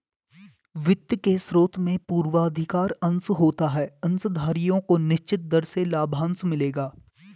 वित्त के स्रोत में पूर्वाधिकार अंश होता है अंशधारियों को निश्चित दर से लाभांश मिलेगा